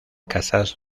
casas